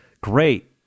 great